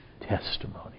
testimony